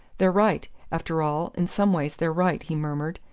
they're right after all, in some ways they're right, he murmured,